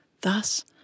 Thus